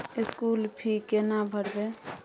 School fee केना भरबै?